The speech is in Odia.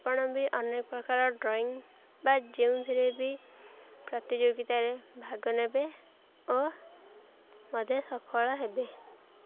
ଆପଣ ବି ଅନେକ ପ୍ରକାର ଡ୍ରଇଂ ବା ଯେଉଁଥିରେ ବି ପ୍ରତିଯୋଗିତାରେ ଭାଗ ନେବେ ଓ ମଧ୍ୟ ସଫଳ ହେବେ